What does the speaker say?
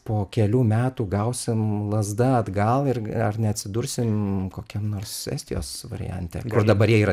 po kelių metų gausim lazda atgal ar neatsidursime kokiam nors estijos variante kur dabar jie yra